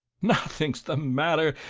nothing's the matter,